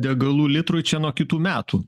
degalų litrui čia nuo kitų metų